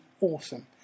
awesome